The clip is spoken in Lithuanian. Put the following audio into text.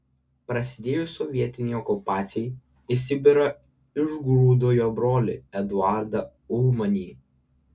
prasidėjus sovietinei okupacijai į sibirą išgrūdo jo brolį eduardą ulmanį